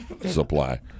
supply